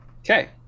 Okay